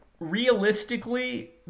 Realistically